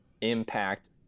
impact